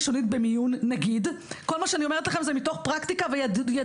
לבדיקה ראשונית במיון כל מה שאני אומרת לכם זה מתוך פרקטיקה וידענות,